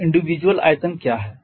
तो इंडिविजुअल आयतन क्या है